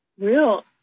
real